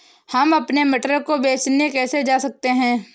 हम अपने मटर को बेचने कैसे जा सकते हैं?